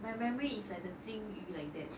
my memory is like the 金鱼 like that